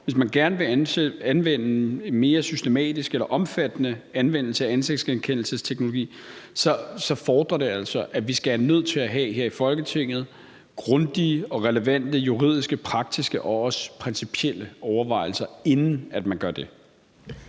for – gerne vil anvende mere systematisk eller omfattende ansigtsgenkendelsesteknologi, at vi her i Folketinget er nødt til at have grundige og relevante juridiske, praktiske og også principielle overvejelser, inden man gør det.